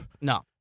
No